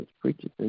preachers